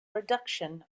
reduction